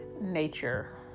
nature